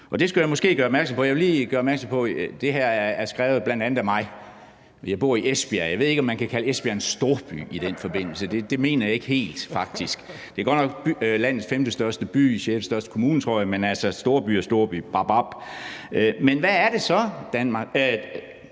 Jeg vil lige gøre opmærksom på, at det her er skrevet bl.a. af mig. Jeg bor i Esbjerg. Jeg ved ikke, om man kan kalde Esbjerg en storby i den forbindelse; det mener jeg faktisk ikke helt. Det er godt nok landets femtestørste by i den sjettestørste kommune, tror jeg, men altså storby og storby, bob-bob. Men hvad er det så, Dansk